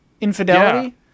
infidelity